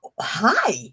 hi